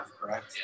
correct